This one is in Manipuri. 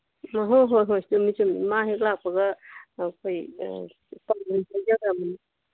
ꯍꯣꯏ ꯍꯣꯏ ꯍꯣꯏ ꯆꯨꯝꯃꯤ ꯆꯨꯝꯃꯤ ꯃꯥ ꯍꯦꯛ ꯂꯥꯛꯄꯒ ꯑꯩꯈꯣꯏ